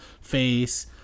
face